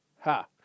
Ha